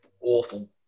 awful